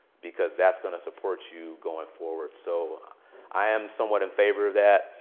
because that's going to support you going forward. so i am somewhat in favor of that,